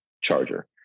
charger